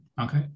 Okay